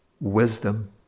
wisdom